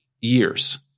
years